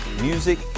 music